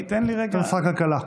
הוא תחת משרד הכלכלה.